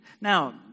Now